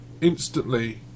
instantly